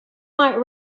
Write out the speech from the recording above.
might